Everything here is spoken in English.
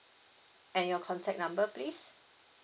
and your contact number please